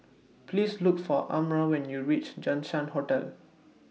Please Look For Amara when YOU REACH Jinshan Hotel